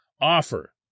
offer